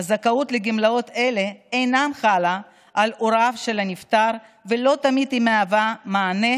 הזכאות לגמלאות אלה אינה חלה על הוריו של הנפטר ולא תמיד היא מהווה מענה